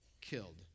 killed